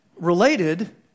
related